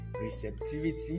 receptivity